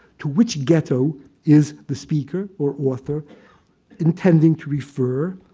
to which ghetto is the speaker or author intending to refer,